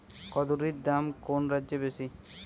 কুঁদরীর দাম কোন রাজ্যে বেশি?